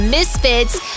Misfits